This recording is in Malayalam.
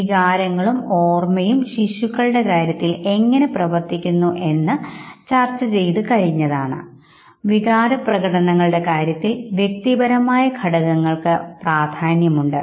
വികാരങ്ങളും ഓർമയും ശിശുക്കളുടെ കാര്യത്തിൽ എങ്ങനെ പ്രവർത്തിക്കുന്നു എന്ന മുൻപ് ചർച്ച ചെയ്തു കഴിഞ്ഞതാണ് വികാര പ്രകടനങ്ങളുടെ കാര്യത്തിൽ വ്യക്തിപരമായ ഘടകങ്ങൾക്ക് പ്രാധാന്യമുണ്ട്